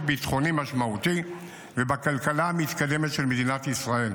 ביטחוני משמעותי ובכלכלה המתקדמת של מדינת ישראל.